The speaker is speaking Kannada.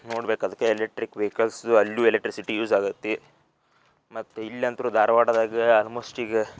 ನೋಡ್ಬೇಕು ಅದಕ್ಕೆ ಎಲೆಕ್ಟ್ರಿಕ್ ವೆಹಿಕಲ್ಸ್ ಅಲ್ಲೂ ಎಲೆಕ್ಟ್ರಿಸಿಟಿ ಯೂಸ್ ಆಗುತ್ತೆ ಮತ್ತು ಇಲ್ಲಿ ಅಂತೂ ಧಾರವಾಡದಾಗ ಆಲ್ಮೋಸ್ಟ್ ಈಗ